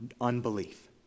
unbelief